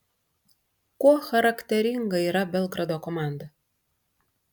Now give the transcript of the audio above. kuo charakteringa yra belgrado komanda